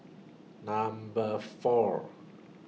Number four